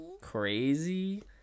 Crazy